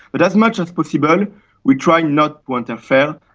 but as much as possible we try not to interfere.